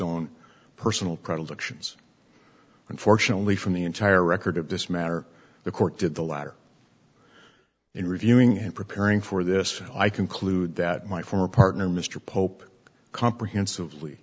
own personal predilections unfortunately from the entire record of this matter the court did the latter in reviewing and preparing for this i conclude that my former partner mr pope comprehensive